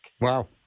Wow